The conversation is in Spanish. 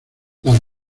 las